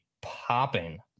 popping